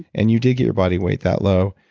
and you did get your body weight that low,